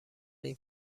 این